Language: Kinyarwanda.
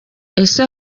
ese